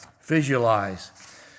visualize